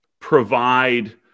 provide